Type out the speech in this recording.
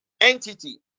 entity